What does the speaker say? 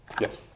Yes